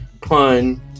pun